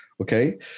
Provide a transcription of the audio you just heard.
Okay